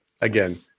Again